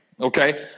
Okay